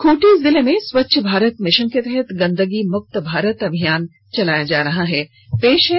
खूंटी जिले में स्वच्छ भारत मिशन के तहत गंदगी मुक्त भारत अभियान चलाया जा रहा है